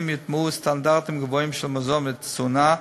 יוטמעו סטנדרטים גבוהים של מזון ותזונה,